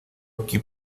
aquí